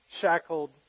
shackled